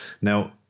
Now